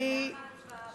למה הצבעה?